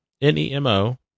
N-E-M-O